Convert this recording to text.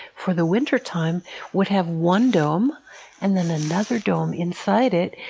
for the wintertime would have one dome and then another dome inside it,